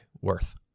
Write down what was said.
worth